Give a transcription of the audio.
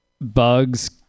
bugs